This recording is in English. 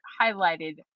highlighted